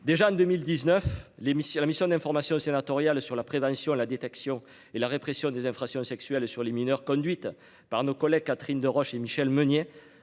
Déjà en 2019, l'émission la mission d'information sénatoriale sur la prévention, la détection et la répression des infractions sexuelles sur les mineurs conduite par nos collègues Catherine Deroche et Michelle Meunier